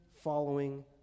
following